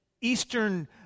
Eastern